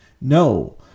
No